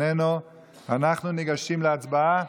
עוברים להצעה השנייה.